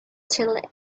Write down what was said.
still